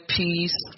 peace